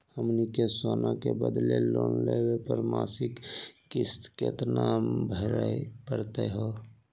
हमनी के सोना के बदले लोन लेवे पर मासिक किस्त केतना भरै परतही हे?